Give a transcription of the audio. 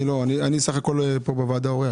אין ספק שמה שקרה שם יקרה ביום מן הימים גם פה.